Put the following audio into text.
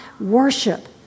worship